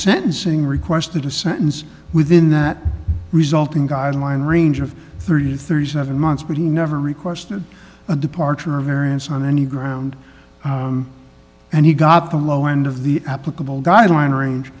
sentencing requested a sentence within that resulting guideline range of thirty to thirty seven months but he never requested a departure a variance on any ground and he got the low end of the applicable guideline range